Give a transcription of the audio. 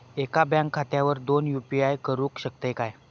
एका बँक खात्यावर दोन यू.पी.आय करुक शकतय काय?